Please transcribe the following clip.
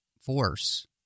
force